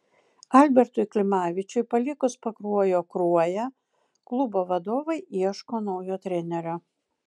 albertui klimavičiui palikus pakruojo kruoją klubo vadovai ieško naujo trenerio